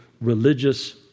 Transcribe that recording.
religious